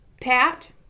Pat